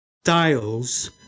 styles